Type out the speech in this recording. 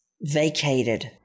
vacated